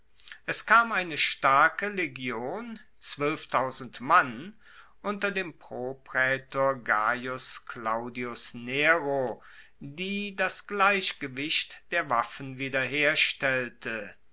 es kam eine starke legion mann unter dem propraetor gaius claudius nero die das gleichgewicht der waffen wieder herstellte